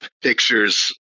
pictures